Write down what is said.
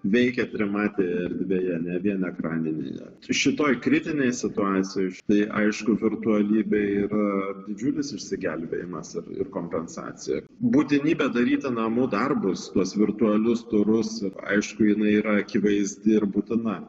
veikia trimatėje erdvėje ne vien ekraninėje šitoj kritinėj situacijoj štai aišku virtualybė yra didžiulis išsigelbėjimas ir kompensacija būtinybė daryti namų darbus tuos virtualius turus aišku jinai yra akivaizdi ir būtina